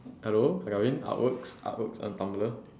hello like I mean artworks artworks on Tumblr